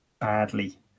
badly